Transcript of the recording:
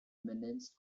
remnants